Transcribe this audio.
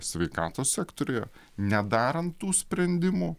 sveikatos sektoriuje nedarant tų sprendimų